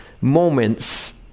moments